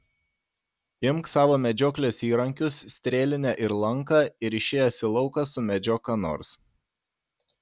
imk savo medžioklės įrankius strėlinę ir lanką ir išėjęs į lauką sumedžiok ką nors